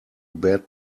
bad